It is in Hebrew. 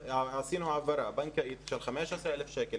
עשינו העברה בנקאית של 15,000 שקל,